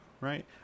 right